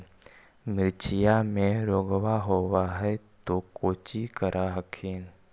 मिर्चया मे रोग्बा होब है तो कौची कर हखिन?